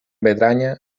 bretaña